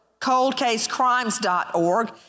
coldcasecrimes.org